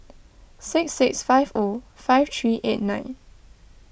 six six five O five three eight nine